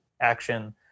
action